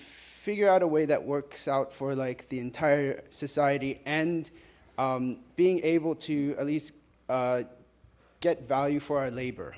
figure out a way that works out for like the entire society and being able to at least get value for our labor